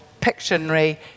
Pictionary